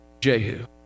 Jehu